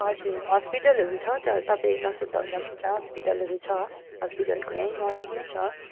हजुर हस्पिटलहरू छ छ तपाईँ नसुर्ताउँदा पनि हुन्छ हस्पिटलहरू छ हस्पिटल त यहीँ नजिकमै छ